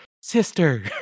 sister